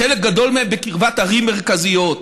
חלק גדול מהם בקרבת ערים מרכזיות,